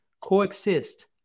coexist